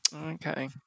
Okay